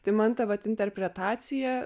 tai man ta vat interpretacija